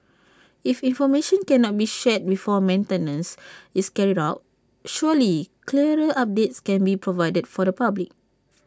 if information can not be shared before maintenance is carried out surely clearer updates can be provided for the public